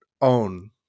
own